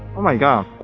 oh my god!